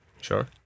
Sure